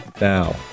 Now